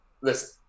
listen